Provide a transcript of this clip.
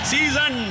Season